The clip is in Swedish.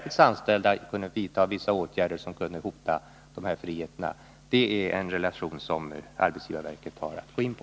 De kunde vidta vissa åtgärder som hade kunnat hota dessa friheter, och det är en relation som arbetsgivarverket har att gå in på.